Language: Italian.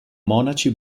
monaci